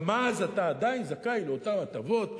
גם אז אתה עדיין זכאי לאותן הטבות,